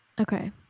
Okay